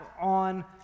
on